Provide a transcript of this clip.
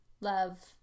love